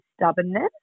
stubbornness